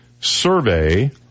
survey